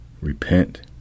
Repent